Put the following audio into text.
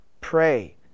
pray